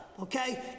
okay